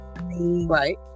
right